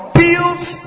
builds